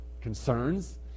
concerns